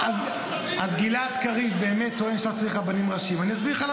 אז גלעד קריב באמת טוען שלא צריך רבנים ראשיים,